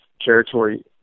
territory